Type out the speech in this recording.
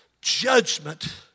judgment